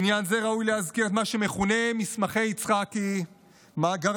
בעניין זה ראוי להזכיר מה שמכונה מסמכי יצחקי מאגרי